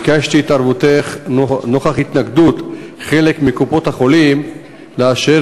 ביקשתי את התערבותך נוכח התנגדות חלק מקופות-החולים לאשר